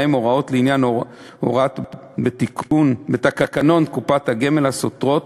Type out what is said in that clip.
ובהם הוראות לעניין הוראות בתקנון הסותרות